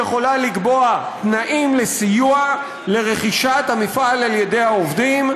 היא יכולה לקבוע תנאים לסיוע ברכישת המפעל על ידי העובדים,